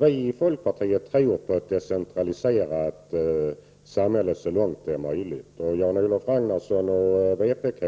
Vi i folkpartiet tror på ett decentraliserat samhälle så långt det är möjligt. Jan-Olof Ragnarsson och vpk